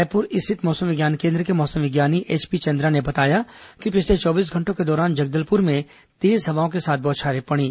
रायपुर स्थित मौसम विज्ञान केन्द्र के मौसम विज्ञानी एच पी चंद्रा ने बताया कि पिछले चौबीस घंटों के दौरान जगदलपुर में तेज हवाओं के साथ बोछारें पड़ी